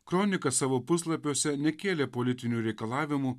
kronika savo puslapiuose nekėlė politinių reikalavimų